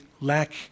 lack